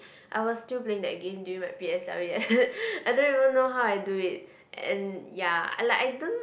I was still playing that game during my P_S_L_E I don't even know how I do it and ya and like I don't